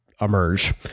emerge